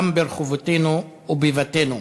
גם ברחובותינו ובבתינו.